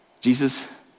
Jesus